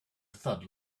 thud